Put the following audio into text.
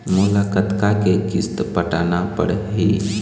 मोला कतका के किस्त पटाना पड़ही?